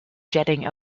jetting